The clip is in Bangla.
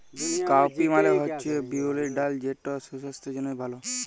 কাউপি মালে হছে বিউলির ডাল যেট সুসাস্থের জ্যনহে ভাল